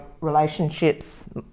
relationships